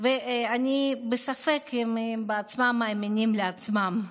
ודרישות שאני בספק אם הם בעצמם מאמינים לעצמם.